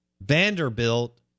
Vanderbilt